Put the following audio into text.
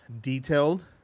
detailed